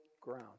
ground